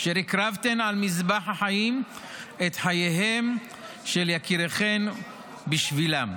אשר הקרבתם על מזבח החיים את חייהם של יקיריכם בשבילן.